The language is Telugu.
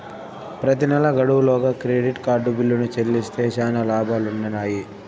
ప్రెతి నెలా గడువు లోగా క్రెడిట్ కార్డు బిల్లుని చెల్లిస్తే శానా లాబాలుండిన్నాయి